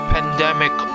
Pandemic